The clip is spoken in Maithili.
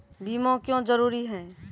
बीमा क्यों जरूरी हैं?